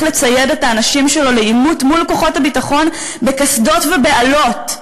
לצייד את האנשים שלו לעימות מול כוחות הביטחון בקסדות ובאלות,